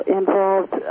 involved